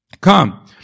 Come